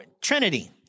Trinity